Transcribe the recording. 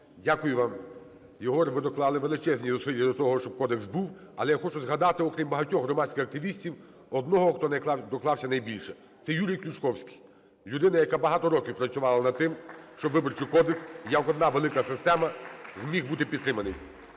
Дякую вам. Єгор, ви доклали величезні зусилля для того, щоб кодекс був. Але я хочу згадати, окрім багатьох громадських активістів, одного, хто доклався найбільше. Це Юрій Ключковський - людина, яка багато років працювала над тим, щоб Виборчий кодекс як одна велика система зміг бути підтриманий.